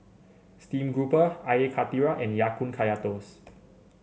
Steamed Grouper Air Karthira and Ya Kun Kaya Toast